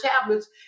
tablets